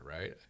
right